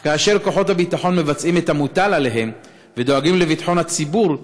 אך כאשר כוחות הביטחון מבצעים את המוטל עליהם ודואגים לביטחון הציבור,